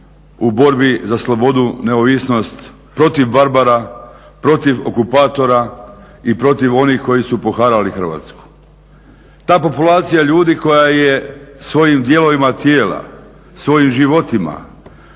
u borbi za slobodu, neovisnost protiv barbara, protiv okupatora i protiv onih koji su poharali Hrvatsku. Ta populacija ljudi koja je svojim dijelovima tijela, svojim životima,